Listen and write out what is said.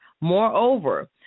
Moreover